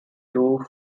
two